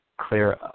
clear